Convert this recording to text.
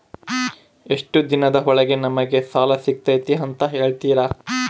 ಎಷ್ಟು ದಿನದ ಒಳಗೆ ನಮಗೆ ಸಾಲ ಸಿಗ್ತೈತೆ ಅಂತ ಹೇಳ್ತೇರಾ?